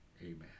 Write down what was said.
Amen